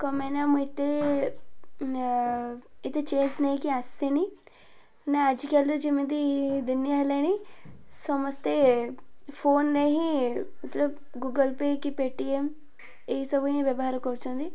କଣ ପାଇଁ ନା ମୁଁ ଏତେ ଏତେ ଚେଞ୍ଜ ନେଇକି ଆସିନି ନା ଆଜିକାଲିର ଯେମିତି ଦୁନିଆ ହେଲାଣି ସମସ୍ତେ ଫୋନରେ ହିଁ ମତଲବ ଗୁଗଲ ପେ କି ପେଟିଏମ୍ ଏଇସବୁ ହିଁ ବ୍ୟବହାର କରୁଛନ୍ତି